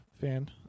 fan